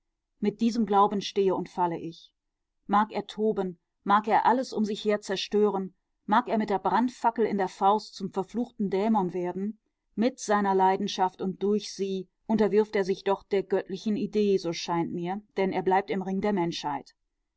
mit diesem glauben stehe und falle ich mag er toben mag er alles um sich her zerstören mag er mit der brandfackel in der faust zum verfluchten dämon werden mit seiner leidenschaft und durch sie unterwirft er sich doch der göttlichen idee so scheint es mir denn er bleibt im ring der menschheit